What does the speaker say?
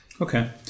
Okay